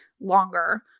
longer